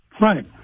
Right